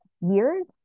years